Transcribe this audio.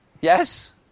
Yes